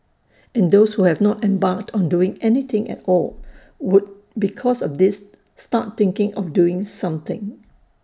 and those who have not embarked on doing anything at all would because of this start thinking of doing something